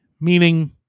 meaning